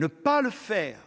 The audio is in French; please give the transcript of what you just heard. Absolument